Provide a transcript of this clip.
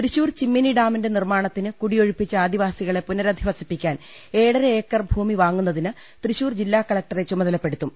തൃശൂർ ചിമ്മിനി ഡാമിന്റെ നിർമ്മാണത്തിന് കുടിയൊഴിപ്പിച്ച ആദി വാസികളെ പുനരധിവസിപ്പിക്കാൻ ഏഴര ഏക്കർ ഭൂമി വാങ്ങുന്നതിന് തൃശൂർ ജില്ലാ കലക്ടറെ ചുമതലപ്പെടുത്തും